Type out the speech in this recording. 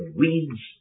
weeds